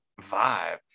vibe